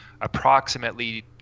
approximately